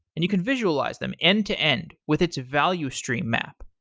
and you can visualize them end to end with its value stream map.